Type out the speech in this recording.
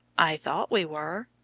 i thought we were.